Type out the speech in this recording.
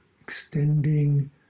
extending